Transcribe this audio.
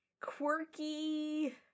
quirky